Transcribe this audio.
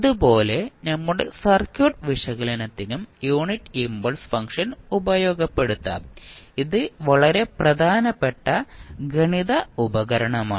അത് പോലെ നമ്മുടെ സർക്യൂട്ട് വിശകലനത്തിനും യൂണിറ്റ് ഇംപൾസ് ഫംഗ്ഷൻ ഉപയോഗപ്പെടുത്താം ഇത് വളരെ പ്രധാനപ്പെട്ട ഗണിത ഉപകരണമാണ്